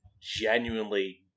genuinely